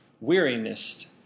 Weariness